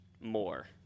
more